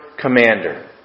commander